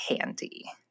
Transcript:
handy